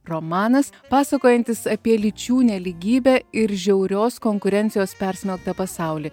romanas pasakojantis apie lyčių nelygybę ir žiaurios konkurencijos persmelktą pasaulį